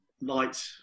light